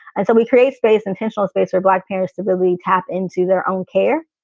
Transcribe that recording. and so we create space and sensual space for black parents to really tap into their own care.